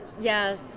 yes